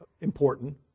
important